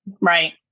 Right